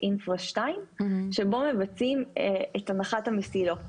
אינפרה 2 שבו מבצעים את הנחת המסילות.